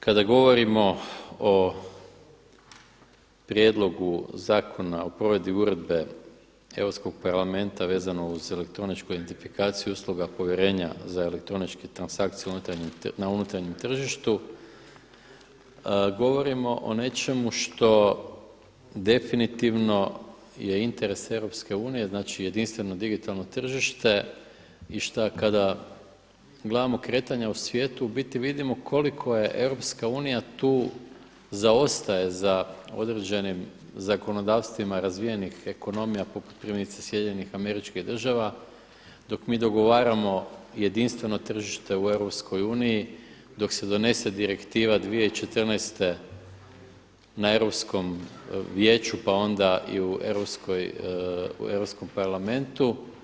Kada govorimo o Prijedlogu zakona o provedbi Uredbe Europskog parlamenta vezano uz elektroničku identifikaciju i usluga povjerenja za elektroničke transakcije na unutarnjem tržištu govorimo o nečemu što definitivno je interes EU, znači jedinstveno digitalno tržište i šta kada gledamo kretanja u svijetu u biti vidimo koliko je EU tu zaostaje za određenim zakonodavstvima razvijenih ekonomija poput primjerice SAD-a dok mi dogovaramo jedinstveno tržište u EU, dok se donese Direktiva 2014. na Europskom vijeću, pa onda i u Europskom parlamentu.